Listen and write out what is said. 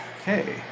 okay